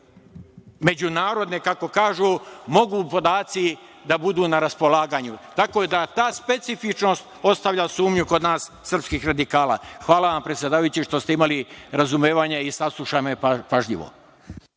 međunarodne, kako kažu, mogu podaci da budu na raspolaganju. Tako da ta specifičnost ostavlja sumnju kod nas, srpskih radikala. Hvala vam, predsedavajući, što ste imali razumevanja i saslušali me pažljivo.